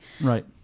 right